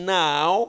now